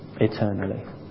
eternally